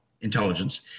intelligence